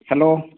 hello